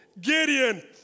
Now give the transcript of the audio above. Gideon